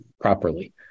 properly